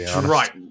Right